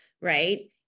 right